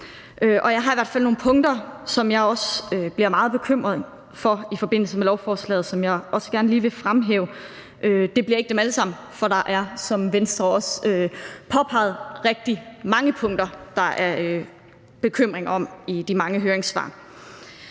der er i hvert fald nogle punkter, som jeg også bliver meget bekymret for i forbindelse med lovforslaget, og som jeg også gerne lige vil fremhæve; det bliver ikke dem alle sammen, for der er, som Venstre også påpegede, rigtig mange punkter, som der er bekymring om, i de mange høringssvar.